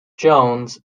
jones